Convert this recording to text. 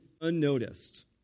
unnoticed